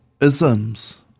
isms